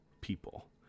people